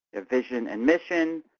ah vision and mission,